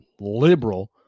liberal